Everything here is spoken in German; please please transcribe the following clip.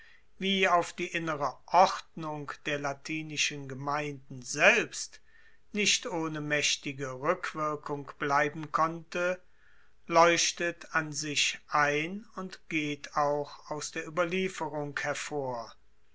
wie auf die innere ordnung der latinischen gemeinden selbst nicht ohne maechtige rueckwirkung bleiben konnte leuchtet an sich ein und geht auch aus der ueberlieferung hervor